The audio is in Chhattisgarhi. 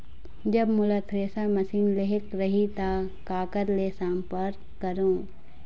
जब मोला थ्रेसर मशीन लेहेक रही ता काकर ले संपर्क करों?